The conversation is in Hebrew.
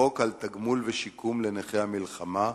חוק על תגמול ושיקום לנכי המלחמה,